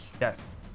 Yes